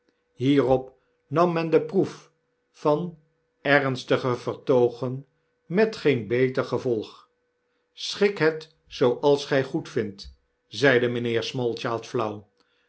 hierop nam men de proef van ernstige vertoogen met geen beter gevolg schik het zooals gy goedvindt zeide mynheer smallchild flauw